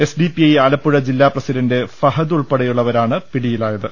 SDPI Alappuzha ജില്ലാ president Fahad ഉൾപ്പെടെയുള്ളവരാണ് പിടിയിലായത്